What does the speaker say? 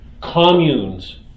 communes